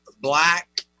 black